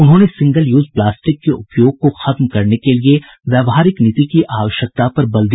उन्होंने single use plastic के उपयोग को खत्म करने के लिये व्यावहारिक नीति की आवश्यकता पर बल दिया